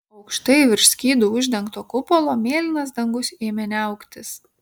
aukštai virš skydu uždengto kupolo mėlynas dangus ėmė niauktis